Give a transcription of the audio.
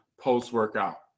post-workout